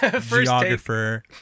geographer